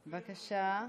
בבקשה,